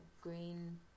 green